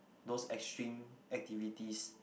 those extreme activities